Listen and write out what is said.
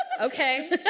Okay